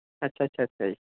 ਅੱਛਾ ਅੱਛਾ ਅੱਛਾ ਜੀ